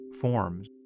forms